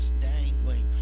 dangling